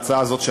ההצעה הזאת,